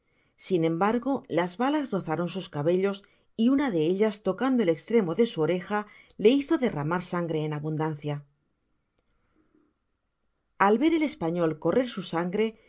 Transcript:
sin embargo las balas rozaron sus cabellos y una de ellas tocando el estremo de su oreja le hizo derramar sangre en abundancia al ver el español correr su sangre